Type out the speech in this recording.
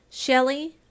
Shelley